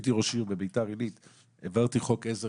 כשהייתי ראש עיר בביתר עלית העברתי חוק עזר